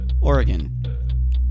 Oregon